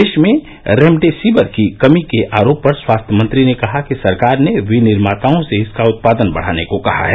देश में रेमडेसिविर की कमी के आरोप पर स्वास्थ्य मंत्री ने कहा कि सरकार ने विनिर्माताओं से इसका उत्पादन बढ़ाने को कहा है